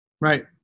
Right